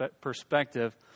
perspective